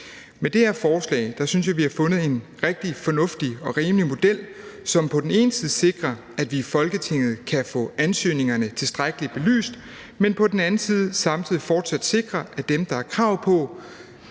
Med det her lovforslag synes jeg, vi har fundet en rigtig fornuftig og rimelig model, som på den ene side sikrer, at vi i Folketinget kan få ansøgningerne tilstrækkelig belyst, men på den anden side samtidig fortsat sikrer, at dem, der har krav på